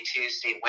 Tuesday